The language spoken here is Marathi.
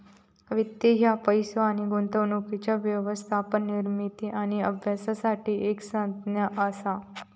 वित्त ह्या पैसो आणि गुंतवणुकीच्या व्यवस्थापन, निर्मिती आणि अभ्यासासाठी एक संज्ञा असा